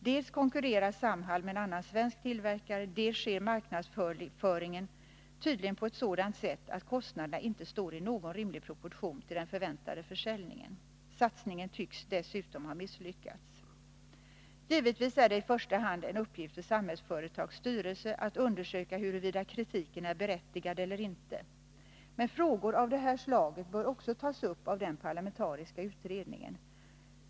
Dels konkurrerar Samhall med en annan svensk tillverkare, dels sker marknadsföringen tydligen på ett sådant sätt att kostnaderna inte står i rimlig proportion till den förväntade försäljningen. Satsningen tycks dessutom ha misslyckats. Givetvis är det i första hand en uppgift för Samhällsföretags styrelse att undersöka huruvida kritiken är berättigad eller inte. Men frågor av det här slaget bör också tas upp av den parlamentariska utredningen.